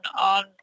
on